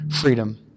freedom